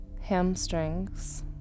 hamstrings